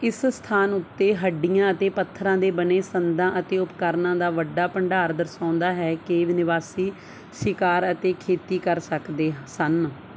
ਇਸ ਸਥਾਨ ਉੱਤੇ ਹੱਡੀਆਂ ਅਤੇ ਪੱਥਰਾਂ ਦੇ ਬਣੇ ਸੰਦਾਂ ਅਤੇ ਉਪਕਰਨਾਂ ਦਾ ਵੱਡਾ ਭੰਡਾਰ ਦਰਸਾਉਂਦਾ ਹੈ ਕਿ ਨਿਵਾਸੀ ਸ਼ਿਕਾਰ ਅਤੇ ਖੇਤੀ ਕਰ ਸਕਦੇ ਸਨ